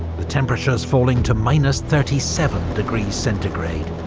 temperatures falling to minus thirty seven degrees centigrade.